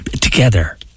together